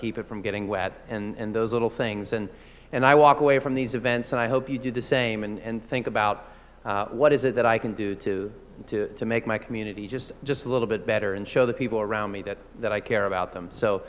keep it from getting wet and those little things and and i walk away from these events and i hope you do the same and think about what is it that i can do to to make my community just just a little bit better and show the people around me that that i care about them so